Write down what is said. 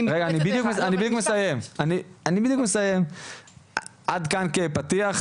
עד כאן כפתיח,